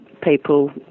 people